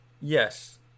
Yes